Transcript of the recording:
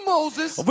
Moses